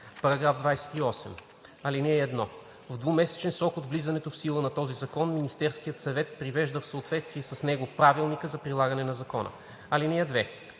става § 28: „§ 28. (1) В двумесечен срок от влизането в сила на този закон Министерският съвет привежда в съответствие с него правилника за прилагане на закона. (2)